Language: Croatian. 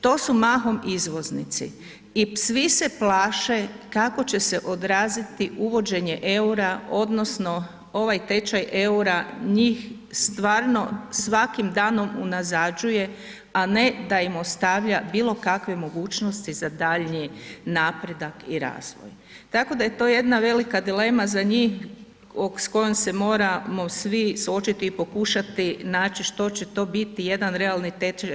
To su mahom izvoznici i svi se plaše kako će se odraziti uvođenje eura, odnosno ovaj tečaj eura njih stvarno svakim danom unazađuje, a ne da im ostavlja bilo kakve mogućnosti za daljnji napredak i razvoj tako da je to jedna velika dilema za njih s kojom se moramo svi suočiti i pokušati naći što će to biti jedan realni tečaj.